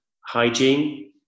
hygiene